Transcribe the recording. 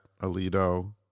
Alito